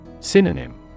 synonym